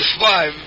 Five